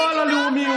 לא על הלאומיות,